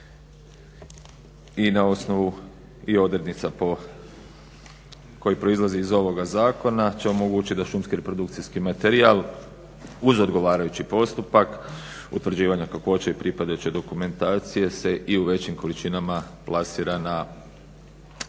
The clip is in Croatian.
i na osnovu odrednica koji proizlazi iz ovog zakona će omogućiti da šumski reprodukcijski materijal uz odgovarajući postupak utvrđivanja kakvoće i pripadajuće dokumentacije se i u većim količinama plasira na treća